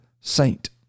saint